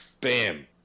bam